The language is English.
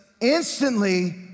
instantly